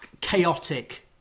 chaotic